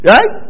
Right